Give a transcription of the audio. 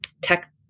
tech